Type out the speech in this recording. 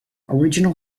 original